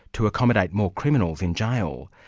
to accommodate more criminals in jail.